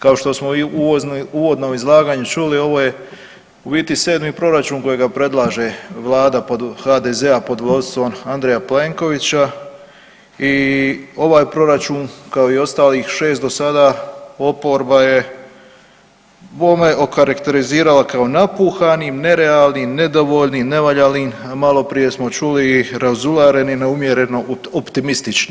Kao što smo i u uvodnom izlaganju čuli, ovo je u biti sedmi proračun kojega predlaže Vlada pod HDZ-a pod vodstvom Andreja Plenkovića i ovaj je Proračun kao i ostalih 6 do sada oporba je, bome okarakterizirala kao napuhanim, nerealnim, nedovoljnim, nevaljalim, a malo prije smo čuli i razulareni, neumjereno optimistični.